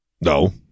No